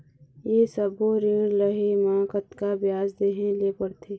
ये सब्बो ऋण लहे मा कतका ब्याज देहें ले पड़ते?